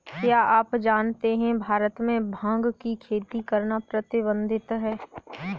क्या आप जानते है भारत में भांग की खेती करना प्रतिबंधित है?